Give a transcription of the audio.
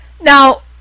Now